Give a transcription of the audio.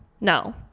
no